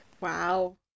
Wow